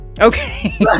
Okay